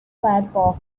firefox